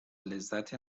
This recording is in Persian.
لذت